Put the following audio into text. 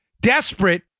desperate